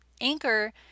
Anchor